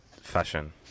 fashion